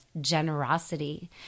generosity